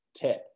tip